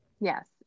Yes